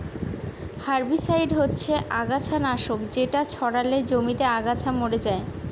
herbicide হচ্ছে আগাছা নাশক যেটা ছড়ালে জমিতে আগাছা মরে যায়